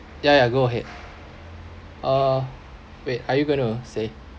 ya ya go ahead uh wait are you going to say